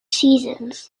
seasons